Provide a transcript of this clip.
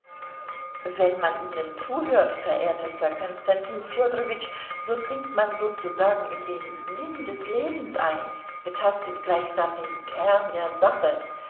wenn man ihnen zuhört verehrtester konstantin fjodorowitsch so dringt man sozusagen in den sinn des lebens ein betastet gleichsam den kern der sache